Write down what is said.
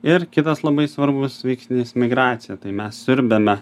ir kitas labai svarbus veiksnys migracija tai mes siurbiame